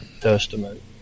Testament